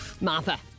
Martha